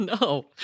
No